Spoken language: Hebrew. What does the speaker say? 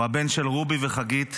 הוא הבן של רובי וחגית.